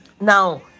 now